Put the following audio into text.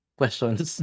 questions